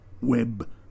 web